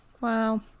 Wow